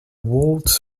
waltz